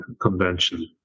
convention